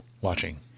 watching